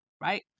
right